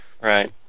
Right